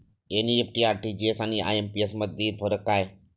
NEFT, RTGS आणि IMPS यामधील फरक काय आहे?